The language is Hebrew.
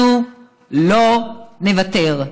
אנחנו לא נוותר.